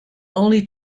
only